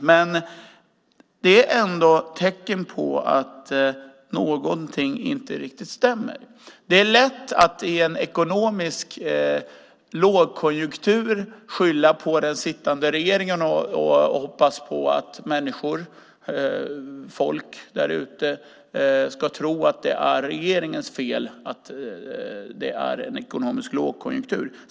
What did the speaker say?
Men det är ändå tecken på att någonting inte riktigt stämmer. Det är lätt att i en ekonomisk lågkonjunktur skylla på den sittande regeringen och hoppas på att folk där ute ska tro att det är regeringens fel att det råder lågkonjunktur.